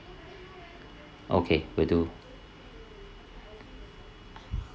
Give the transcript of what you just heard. okay will do